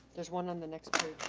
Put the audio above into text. there's one on the next page.